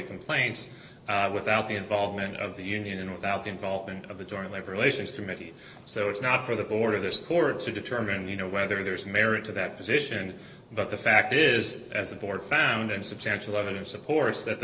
complaints without the involvement of the union and without the involvement of the joint labor relations committee so it's not for the board of this court to determine you know whether there is merit to that position but the fact is as a board found in substantial evidence of course that the